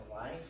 life